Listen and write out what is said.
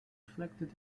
reflected